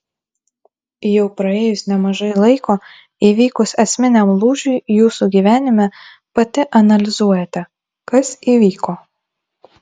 jau praėjus nemažai laiko įvykus esminiam lūžiui jūsų gyvenime pati analizuojate kas įvyko